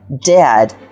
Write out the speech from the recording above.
dead